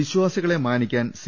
വിശ്വാസികളെ മാനിക്കാൻ സി